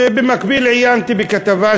ובמקביל עיינתי בכתבה,